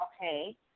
Okay